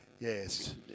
Yes